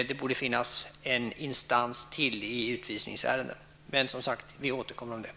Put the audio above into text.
Det borde finnas ytterligare en instans i utvisningsärenden. Men det är något som vi som sagt återkommer till.